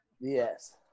Yes